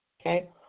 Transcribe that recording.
okay